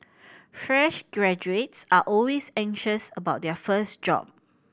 fresh graduates are always anxious about their first job